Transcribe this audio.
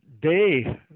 day